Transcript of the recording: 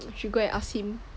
should go and ask him